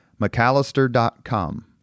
McAllister.com